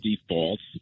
defaults